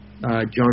John